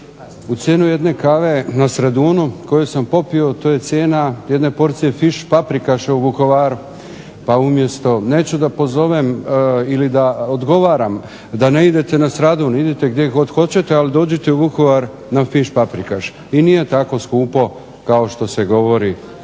u cijenu jedne kave na Stradunu koju sam popio to je cijena jedne porcije fiš paprikaša u Vukovaru. Pa umjesto neću da pozovem ili odgovaram da ne idete na Stradun, idite gdje god hoćete ali dođite u Vukovar na fiš paprikaš i nije tako skupo kao što se govori